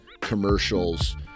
commercials